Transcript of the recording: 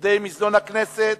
עובדי מזנון הכנסת,